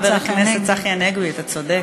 השר לשעבר, חבר הכנסת צחי הנגבי, אתה צודק.